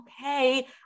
okay